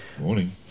Morning